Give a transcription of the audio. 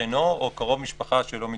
חשבנו שזה ממצה,